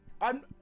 I'm-